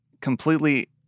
completely